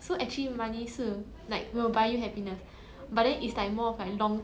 mm correct correct